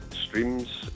streams